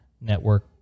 network